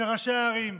של ראשי הערים,